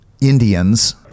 Indians